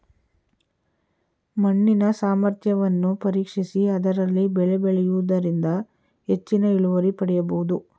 ಮಣ್ಣಿನ ಸಾಮರ್ಥ್ಯವನ್ನು ಪರೀಕ್ಷಿಸಿ ಅದರಲ್ಲಿ ಬೆಳೆ ಬೆಳೆಯೂದರಿಂದ ಹೆಚ್ಚಿನ ಇಳುವರಿ ಪಡೆಯಬೋದು